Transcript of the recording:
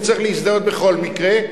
והוא צריך להזדהות בכל מקרה.